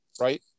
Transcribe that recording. right